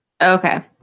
okay